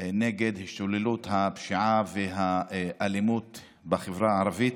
נגד השתוללות הפשיעה והאלימות בחברה הערבית.